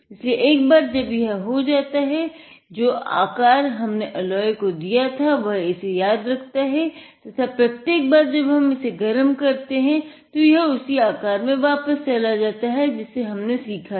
इसीलिए एक बार जब यह हो जाता है जो आकार हमने एलाय को दिया था वह इसे याद रखता है तथा प्रत्येक बार जब हम इसे गर्म करते हैं तो यह उसी आकार में वापस चला जाता है जिसे हमने सीखा था